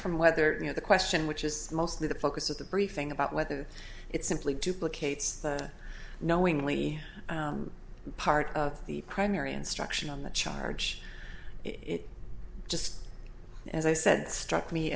from whether you know the question which is mostly the focus of the briefing about whether it's simply duplicates knowingly part of the primary instruction on the charge it's just as i said struck me